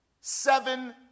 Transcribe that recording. Seven